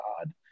God